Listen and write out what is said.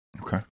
Okay